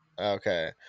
okay